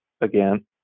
again